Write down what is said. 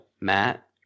Matt